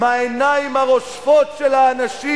מהעיניים הרושפות של האנשים,